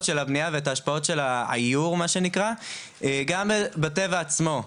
של הבנייה ואת ההשפעות של העיור מה שנקרא גם בטבע עצמו,